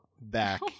back